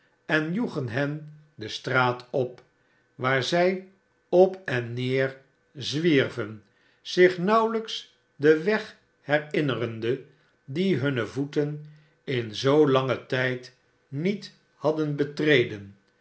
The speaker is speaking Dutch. en joegen hen de straat op waar zij op en neer zwierven zich nauwelijks den weg herinnerende die hunne voeten in zoo langen tijd niet hadden betreden